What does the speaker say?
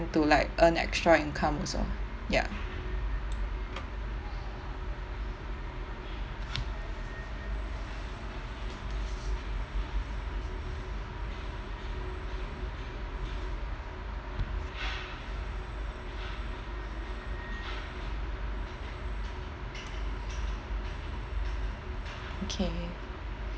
to like earn extra income also ya okay